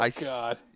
God